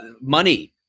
money